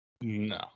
No